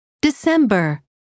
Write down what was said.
December